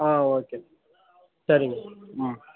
ஆ okay சரிங்க ம்